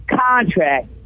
contract